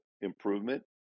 improvement